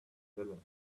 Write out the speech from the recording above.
pavilion